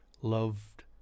loved